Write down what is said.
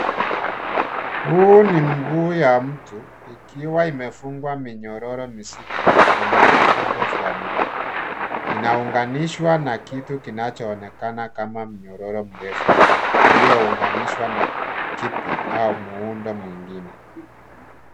Huu ni mguu ya mtu ikiwa imefungwa minyororo mizito kwenye vifundo vya miguu. Inaunganishwa na kitu kinachoonekana kama myororo mrefu uliounganishwa na kitu au muundo mwingine.